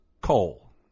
coal